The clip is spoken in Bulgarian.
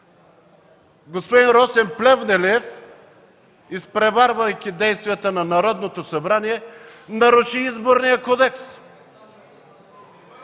господин Росен Плевнелиев, изпреварвайки действията на Народното събрание, наруши Изборния кодекс.